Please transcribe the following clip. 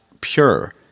pure